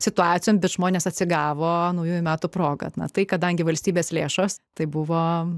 situacijom bet žmonės atsigavo naujųjų metų proga tai kadangi valstybės lėšos tai buvo